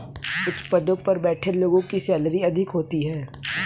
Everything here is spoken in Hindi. उच्च पदों पर बैठे लोगों की सैलरी अधिक होती है